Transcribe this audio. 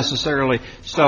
necessarily so